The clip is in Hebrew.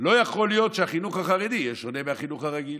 לא יכול להיות שהחינוך החרדי יהיה שונה מהחינוך הרגיל.